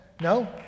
No